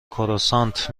کروسانت